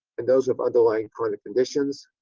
and those of underlying chronic conditions.